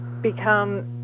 become